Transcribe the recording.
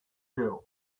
girls